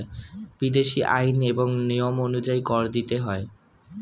বিদেশী আইন এবং নিয়ম অনুযায়ী কর দিতে হয়